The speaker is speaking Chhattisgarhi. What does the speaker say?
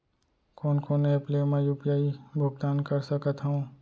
कोन कोन एप ले मैं यू.पी.आई भुगतान कर सकत हओं?